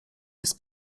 jest